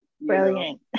Brilliant